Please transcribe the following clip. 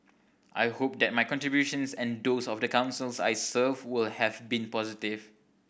I hope that my contributions and those of the Councils I served were have been positive